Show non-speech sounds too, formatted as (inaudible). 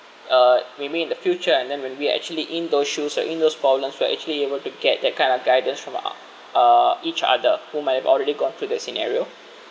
uh maybe in the future and then when we're actually in those shoes and in those problems you are actually able to get that kind of guidance from (noise) uh each other whom might have already gone through that scenario